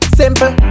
simple